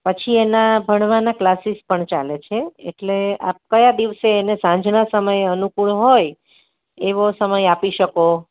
પછી એના ભણવાના ક્લાસીસ પણ ચાલે છે એટલે આપ કયા દિવસે એને સાંજના સમયે અનુકૂળ હોય એવો સમય આપી શકો